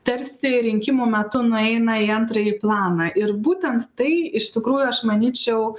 tarsi rinkimų metu nueina į antrąjį planą ir būtent tai iš tikrųjų aš manyčiau